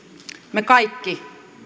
me kaikki